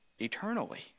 Eternally